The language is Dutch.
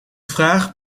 vraag